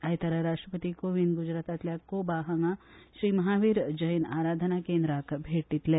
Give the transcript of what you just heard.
आयतारा राष्ट्रपती कोविंद गुजरातातल्या कोबा हांगा श्रीमहावीर जैन आराधना केंद्राक भेट दितले